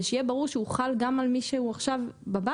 ושיהיה ברור שהוא חל גם על מי שהוא עכשיו בבית.